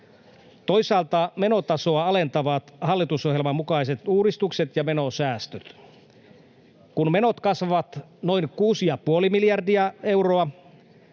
Toisaalta menotasoa alentavat hallitusohjelman mukaiset uudistukset ja menosäästöt. Kun menot kasvavat noin 6,5 miljardia euroa,